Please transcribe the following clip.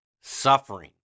suffering